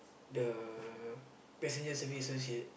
the passenger service associate